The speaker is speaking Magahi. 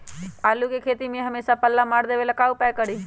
आलू के खेती में हमेसा पल्ला मार देवे ला का उपाय करी?